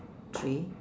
three